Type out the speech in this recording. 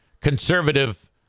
conservative